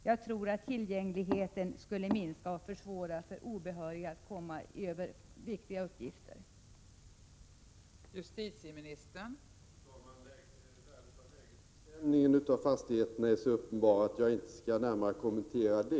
Jag tror att en sådan ordning skulle minska tillgängligheten och försvåra för obehöriga att komma över viktiga uppgifter i registret.